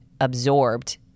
absorbed